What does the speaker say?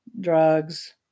drugs